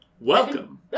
Welcome